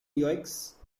yoicks